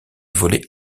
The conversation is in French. volée